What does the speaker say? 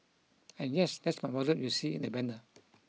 and yes that's my wardrobe you see in the banner